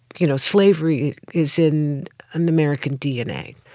you know, slavery is in american dna.